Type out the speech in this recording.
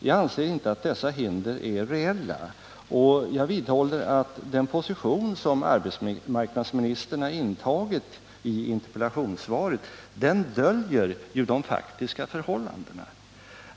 Jag anser inte att dessa hinder är reella, och jag vidhåller att den position som arbetsmarknadsministern intagit i interpellationssvaret döljer de faktiska förhållandena.